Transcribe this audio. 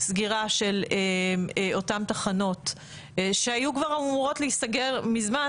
סגירה של אותן תחנות שהיו כבר אמורות להיסגר ממזמן